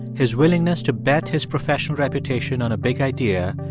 his willingness to bet his professional reputation on a big idea,